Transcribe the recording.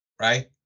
right